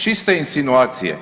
Čiste insinuacije.